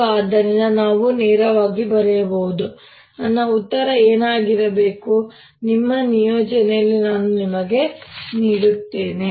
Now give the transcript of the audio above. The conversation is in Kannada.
ಮತ್ತು ಆದ್ದರಿಂದ ನಾನು ನೇರವಾಗಿ ಬರೆಯಬಹುದು ನನ್ನ ಉತ್ತರ ಏನಾಗಿರಬೇಕು ನಿಮ್ಮ ನಿಯೋಜನೆಯಲ್ಲಿ ನಾನು ನಿಮಗೆ ನೀಡುತ್ತೇನೆ